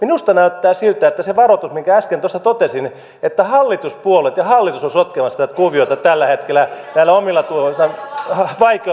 minusta näyttää siltä että se minkä äsken varoituksena totesin että hallituspuolueet ja hallitus ovat sotkemassa tätä kuviota tällä hetkellä näillä omillaan vaikeuttaa tilannetta